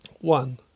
One